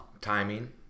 Timing